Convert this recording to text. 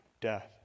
death